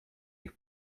ich